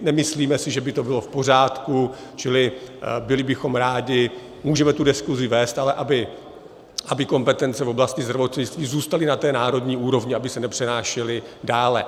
Nemyslíme si, že by to bylo v pořádku, čili byli bychom rádi, můžeme tu diskusi vést, ale aby kompetence v oblasti zdravotnictví zůstaly na té národní úrovni, aby se nepřenášely dále.